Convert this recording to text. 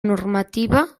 normativa